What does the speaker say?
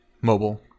mobile